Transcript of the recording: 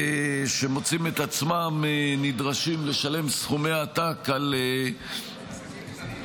שמוצאים את עצמם נדרשים לשלם סכומי עתק -- עסקים קטנים.